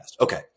Okay